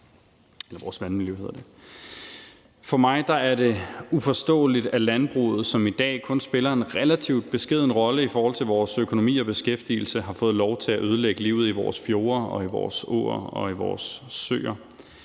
For mig er det uforståeligt, at landbruget, som i dag kun spiller en relativt beskeden rolle i forhold til vores økonomi og beskæftigelse, har fået lov til at ødelægge livet i vores fjorde og i